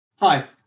Hi